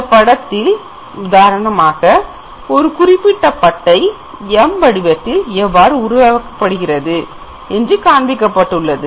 இந்தப் படத்தில் ஒரு குறிப்பிட்ட பட்டை m வடிவத்தில் எவ்வாறு உருவாக்கப்படுகிறது என்று காண்பிக்கப்பட்டுள்ளது